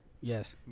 Yes